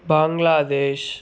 Bangladesh